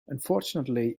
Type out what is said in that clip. unfortunately